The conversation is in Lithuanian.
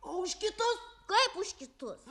o už kitus kaip už kitus